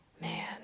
man